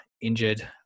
injured